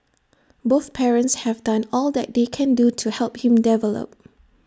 both parents have done all that they can do to help him develop